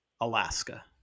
Alaska